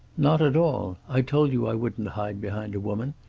not at all. i told you i wouldn't hide behind a woman.